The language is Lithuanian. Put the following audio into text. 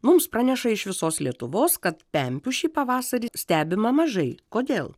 mums praneša iš visos lietuvos kad pempių šį pavasarį stebima mažai kodėl